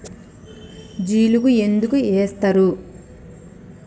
జిలుగు ఎందుకు ఏస్తరు?